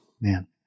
Man